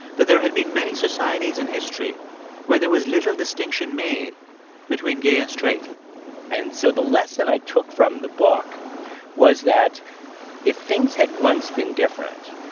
that there had been many societies in history where there was little distinction made between gay and straight and so the lesson i took from the book was that if things had once been different,